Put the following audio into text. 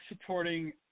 supporting